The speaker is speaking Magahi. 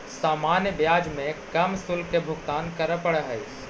सामान्य ब्याज में कम शुल्क के भुगतान करे पड़ऽ हई